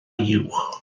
uwch